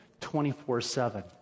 24-7